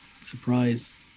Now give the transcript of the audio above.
Surprise